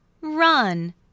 run